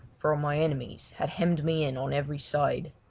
for my enemies had hemmed me in on every side.